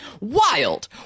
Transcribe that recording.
Wild